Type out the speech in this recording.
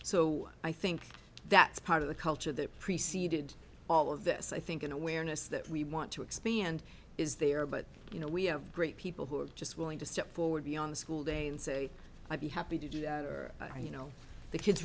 so i think that's part of the culture that preceded all of this i think an awareness that we want to expand is there but you know we have great people who are just willing to step forward beyond the school day and say i'd be happy to do you know the kids